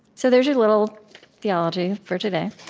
so there's your little theology for today